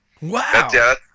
Wow